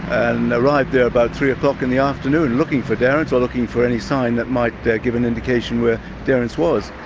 and arrived there about three o'clock in the afternoon looking for derrance or looking for any sign that might give an indication where derrance was.